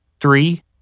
three